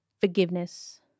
forgiveness